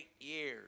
years